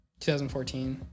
2014